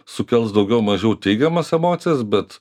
sukels daugiau mažiau teigiamas emocijas bet